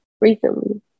recently